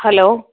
hello